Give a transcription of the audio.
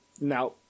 now